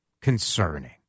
concerning